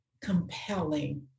compelling